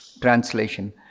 Translation